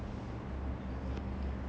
how does flash be dead